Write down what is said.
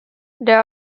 there